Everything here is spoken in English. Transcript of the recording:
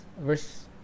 verse